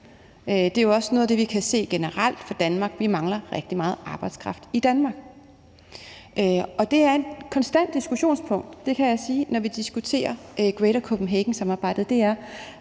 Det er også noget af det, vi kan se generelt for Danmark; vi mangler rigtig meget arbejdskraft i Danmark. Det er et konstant diskussionspunkt – det kan jeg sige – når vi diskuterer Greater Copenhagen-samarbejdet,